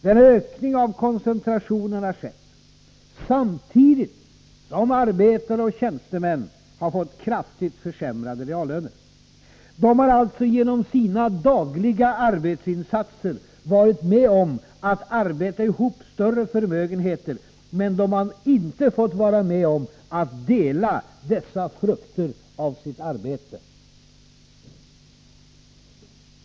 Denna ökning av koncentrationen har skett samtidigt som arbetare och tjänstemän fått kraftigt försämrade reallöner. De har alltså genom sina dagliga arbetsinsatser varit med om att arbeta ihop större förmögenheter, men de har inte fått vara med om att dela dessa frukter av sitt arbete.